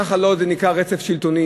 ככה זה לא נקרא רצף שלטוני,